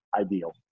ideal